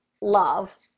love